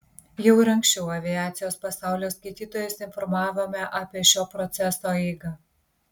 jau ir anksčiau aviacijos pasaulio skaitytojus informavome apie šio proceso eigą